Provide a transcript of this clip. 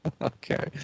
Okay